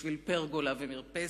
בשביל פרגולה ומרפסת?